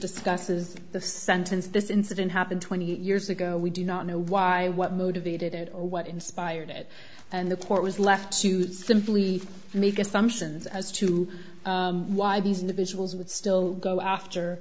discusses the sentence this incident happened twenty years ago we do not know why what motivated it or what inspired it and the court was left to simply make assumptions as to why these individuals would still go after